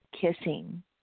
Kissing